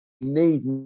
Need